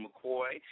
McCoy